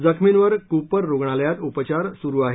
जखमींवर कूपर रुग्णालयात उपचार सुरु आहेत